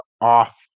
off